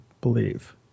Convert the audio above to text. believe